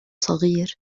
صغير